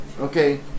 Okay